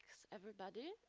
everybody.